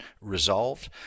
resolved